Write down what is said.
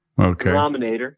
Okay